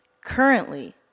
currently